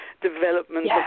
development